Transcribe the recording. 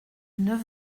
neuf